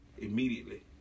immediately